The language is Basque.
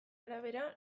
arabera